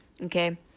Okay